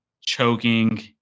choking